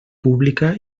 pública